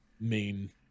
main